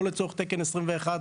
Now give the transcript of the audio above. לא לצורך תקן 21,